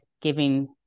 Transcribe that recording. giving